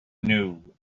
new